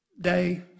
day